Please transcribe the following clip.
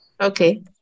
okay